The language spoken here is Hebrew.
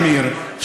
אמיר,